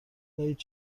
دهید